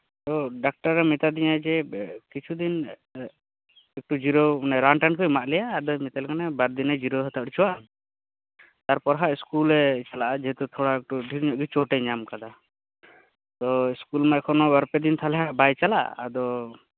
ᱟᱫᱚ ᱰᱟᱠᱛᱟᱨᱮ ᱢᱮᱛᱟᱫᱤᱧᱟᱹ ᱡᱮ ᱠᱤᱪᱷᱩᱫᱤᱱ ᱮᱠᱴᱩ ᱡᱤᱨᱟᱹᱣ ᱢᱟᱱᱮ ᱨᱟᱱᱴᱟᱱ ᱠᱩᱭ ᱮᱢᱟᱜ ᱞᱮᱭᱟ ᱟᱫᱚᱭ ᱢᱮᱛᱟᱞᱮ ᱠᱟᱱᱟ ᱵᱟᱨᱫᱤᱱ ᱜᱟᱱᱮ ᱡᱤᱨᱟᱹᱣ ᱦᱟᱛᱟᱲ ᱩᱪᱩᱣᱟᱱ ᱛᱟᱨᱯᱚᱦᱟᱜ ᱤᱥᱠᱩᱞᱮ ᱪᱟᱞᱟᱜ ᱟ ᱛᱷᱚᱲᱟ ᱟᱠᱴᱩ ᱰᱷᱮᱨᱧᱚᱜ ᱜᱤ ᱪᱚᱴᱮᱧᱟᱢ ᱟᱠᱟᱫᱟ ᱛᱚ ᱤᱥᱠᱩᱞᱢᱟ ᱮᱠᱷᱚᱱ ᱵᱟᱨᱯᱮᱫᱤᱱ ᱛᱟᱦᱚᱞᱮ ᱦᱟᱜ ᱵᱟᱭᱪᱟᱞᱟᱜ ᱟᱫᱚ